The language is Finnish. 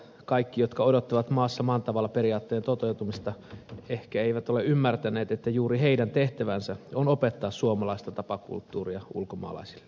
kaikki jotka odottavat maassa maan tavalla periaatteen toteutumista ehkä eivät ole ymmärtäneet että juuri heidän tehtävänsä on opettaa suomalaista tapakulttuuria ulkomaalaisille